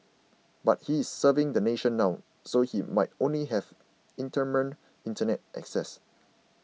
but he is serving the nation now so he might only have intermittent Internet access